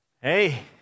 Hey